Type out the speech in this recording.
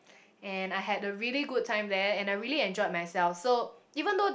and I had a really good time there and I really enjoyed myself so even though